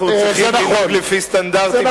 אנחנו צריכים לנהוג לפי סטנדרטים,